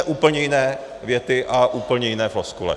Úplně jiné věty a úplně jiné floskule.